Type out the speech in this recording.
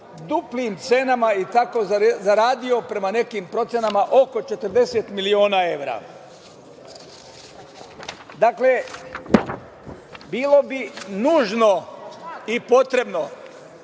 duplim cenama i tako zaradio prema nekim procenama oko 40 miliona evra. Dakle, bilo bi nužno i potrebno